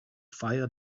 fire